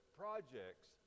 projects